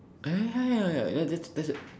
uh ya ya ya ya ya that's w~ that's w~